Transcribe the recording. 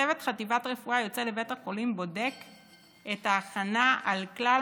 צוות חטיבת רפואה יוצא לבית החולים ובודק את ההכנה על כלל